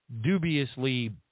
dubiously –